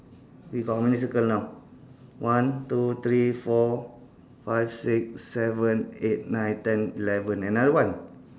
we got how many circle now one two three four five six seven eight nine ten eleven another one